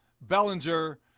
Bellinger